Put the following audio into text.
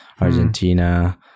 Argentina